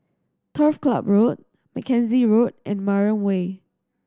Turf Ciub Road Mackenzie Road and Mariam Way